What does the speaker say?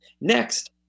Next